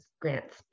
grants